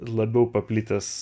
labiau paplitęs